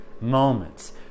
moments